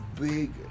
big